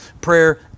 prayer